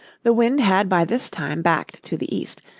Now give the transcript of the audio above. the wind had by this time backed to the east,